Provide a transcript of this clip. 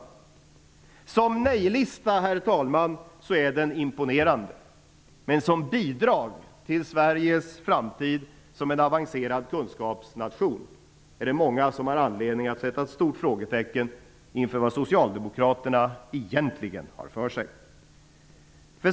Som nejlista, herr talman, är denna lista imponerande. Men som bidrag till Sveriges framtid som en avancerad kunskapsnation är det många som har anledning att sätta ett stort frågetecken inför vad socialdemokraterna egentligen har för sig.